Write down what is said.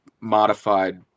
modified